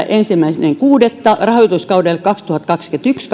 ensimmäinen kuudetta maatalousesityksensä rahoituskaudelle kaksituhattakaksikymmentäyksi